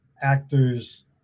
actors –